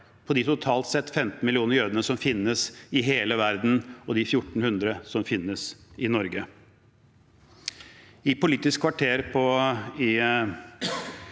på de totalt sett 15 millioner jødene som finnes i hele verden, og de 1 400 som finnes i Norge.